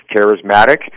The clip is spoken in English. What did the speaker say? charismatic